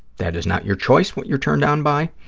that is not your choice what you're turned on by.